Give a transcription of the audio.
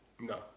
No